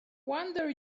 wonder